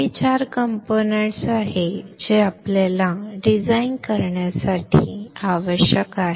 हे चार कंपोनेंट्स आहेत जे आपल्याला हे डिझाइन करण्यासाठी आवश्यक आहेत